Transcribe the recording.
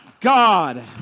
God